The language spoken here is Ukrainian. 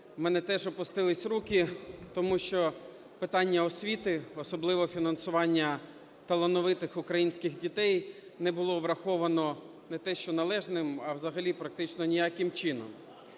у мене теж опустились руки, тому що питання освіти, особливо фінансування талановитих українських дітей, не було враховано не те, що належним, а взагалі практично ніяким чином.